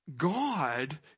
God